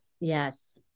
Yes